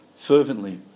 Fervently